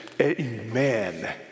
amen